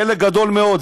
חלק גדול מאוד,